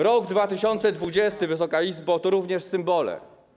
Rok 2020, Wysoka Izbo, to również symbole.